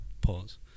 Pause